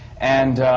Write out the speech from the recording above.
and